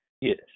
Yes